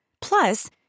Plus